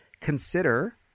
consider